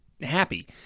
happy